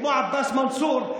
כמו עבאס מנסור,